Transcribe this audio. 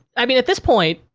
i mean, at this point,